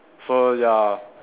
so ya